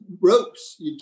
ropes